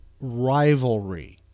rivalry